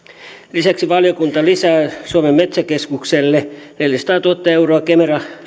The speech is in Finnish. lisäksi valiokunta lisää suomen metsäkeskukselle neljäsataatuhatta euroa kemera